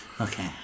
Okay